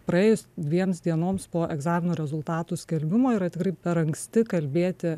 praėjus dviems dienoms po egzamino rezultatų skelbimo yra tikrai per anksti kalbėti